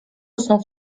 znów